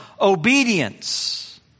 obedience